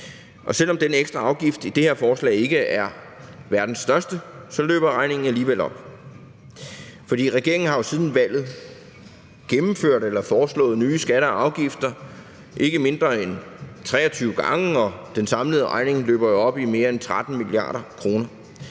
Og selv om den ekstra afgift i det her forslag ikke er verdens største, løber regningen alligevel op. For regeringen har jo siden valget gennemført eller foreslået nye skatter og afgifter ikke mindre end 23 gange, og den samlede regning løber op i mere end 13 mia. kr.